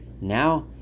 Now